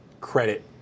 credit